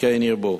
כן ירבו.